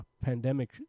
pandemic